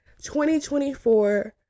2024